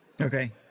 Okay